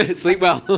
and sleep well.